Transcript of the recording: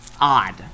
odd